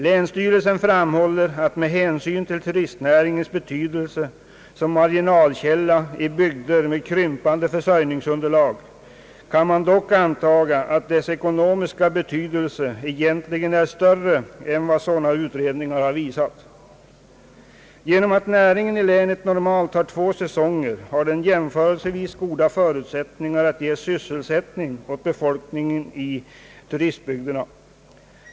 Länsstyrelsen framhåller att med hänsyn till turistnäringens betydelse som marginalkälla i bygder med krympande försörjningsunderlag kan man dock antaga att dess ekonomiska betydelse egentligen är större än vad sådana utredningar har visat. Genom att näringen i länet normalt har två säsonger har den jämförelsevis goda förutsättningar att ge sysselsättning åt befolkningen i turistbygderna.